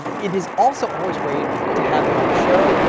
um it is also always great to have you on the show,